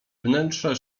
wnętrze